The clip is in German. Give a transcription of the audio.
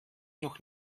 noch